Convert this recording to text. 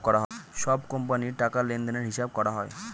সব কোম্পানির টাকা লেনদেনের হিসাব করা হয়